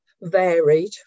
varied